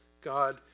God